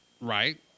Right